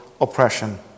oppression